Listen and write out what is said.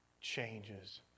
Changes